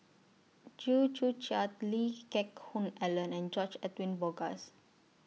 Chew Joo Chiat Lee Geck Hoon Ellen and George Edwin Bogaars